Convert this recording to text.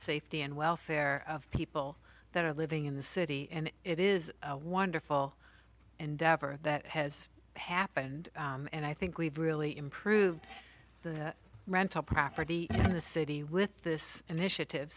safety and welfare of people that are living in the city and it is wonderful and that has happened and i think we've really improved the rental property in the city with this initiative